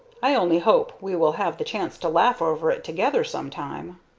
i only hope we will have the chance to laugh over it together some time.